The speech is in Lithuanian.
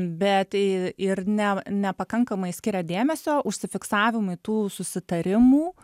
bet tai ir ne nepakankamai skiria dėmesio užsifiksavimui tų susitarimų